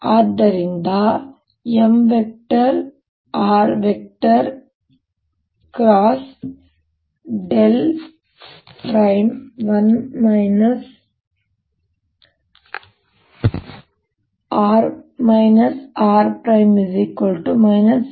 ಆದರೆ 1r rMr×1r rMr 1r rMr ಗೆ ಸಮಾನವಾಗಿರುತ್ತದೆ